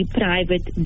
private